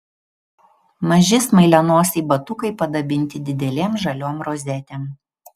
maži smailianosiai batukai padabinti didelėm žaliom rozetėm